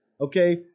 okay